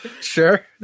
Sure